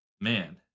man